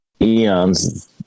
Eon's